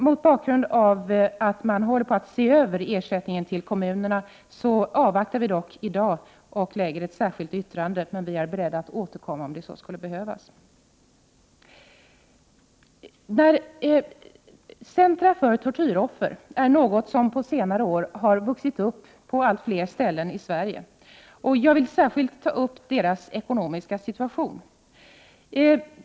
Mot bakgrund av att man håller på att se över ersättningen till kommunerna avvaktar vi i dag och lägger endast ett särskilt yttrande. Vi är dock beredda att återkomma, om så skulle behövas. Centra för tortyroffer är något som på senare år har vuxit upp på allt fler ställen i Sverige. Jag vill särskilt ta upp deras ekonomiska situation.